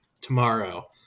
tomorrow